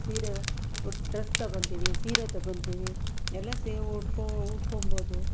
ಸೀರೆ ಡ್ರೆಸ್ ತೊಗೊಳ್ತೀವಿ ಸೀರೆ ತೊಗೊಳ್ತೀವಿ ಎಲ್ಲ ಸೀರೆ ಉಟ್ಕೋ ಉಟ್ಕೋಬೋದು